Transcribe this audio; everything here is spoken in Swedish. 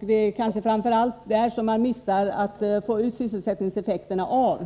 Det kanske framför allt är där som man går miste om sysselsättningseffekterna.